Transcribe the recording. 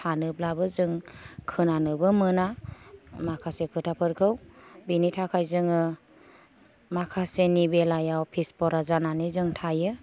सानोब्लाबो जों खोनानोबो मोना माखासे खोथाफोरखौ बिनि थाखाय जोङो माखासेनि बेलायाव फिसबरा जानानै जों थायो